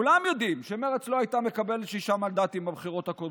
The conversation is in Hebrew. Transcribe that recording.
כולם יודעים שמרצ לא הייתה מקבלת שישה מנדטים בבחירות הקודמות,